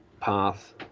path